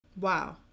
Wow